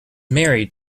married